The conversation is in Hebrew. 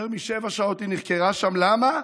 יותר משבע שעות היא נחקרה שם, למה?